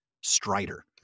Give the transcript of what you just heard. Strider